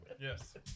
Yes